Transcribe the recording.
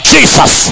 Jesus